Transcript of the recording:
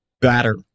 batter